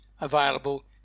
available